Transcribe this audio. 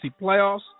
playoffs